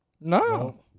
No